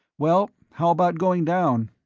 well, how about going down?